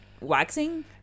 waxing